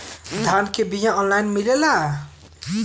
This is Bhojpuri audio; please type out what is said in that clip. धान के बिया ऑनलाइन मिलेला?